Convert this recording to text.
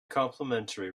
complimentary